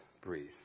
breathe